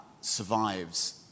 survives